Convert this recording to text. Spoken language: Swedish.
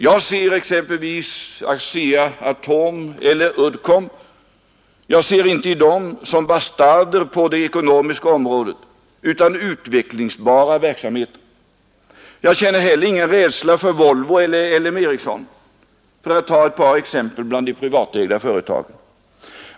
Jag ser inte exempelvis ASEA-Atom eller Uddcomb som bastarder på det ekonomiska området utan som utvecklingsbara enheter. Jag känner heller ingen rädsla för Volvo eller LM Ericsson, för att ta ett par exempel bland de privatägda företagen.